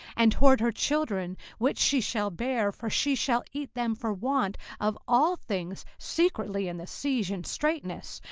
and toward her children which she shall bear for she shall eat them for want of all things secretly in the siege and straitness,